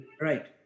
Right